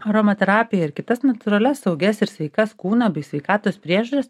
aromaterapiją ir kitas natūralias saugias ir sveikas kūno bei sveikatos priežiūros